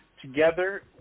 together